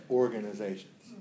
organizations